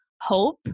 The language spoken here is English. hope